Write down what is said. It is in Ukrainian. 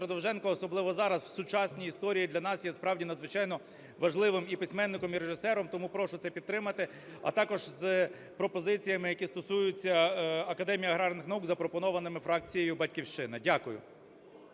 особливо зараз, в сучасній історії, для нас є справді надзвичайно важливим і письменником, і режисером. Тому прошу це підтримати. А також з пропозиціями, які стосуються Академії аграрних наук, запропонованими фракцією "Батьківщина". Дякую.